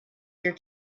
your